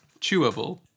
chewable